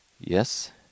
yes